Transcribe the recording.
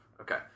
Okay